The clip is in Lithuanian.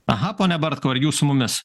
aha pone bartkau ar jūs su mumis